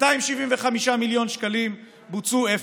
275 מיליון שקלים, בוצעו אפס.